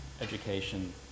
education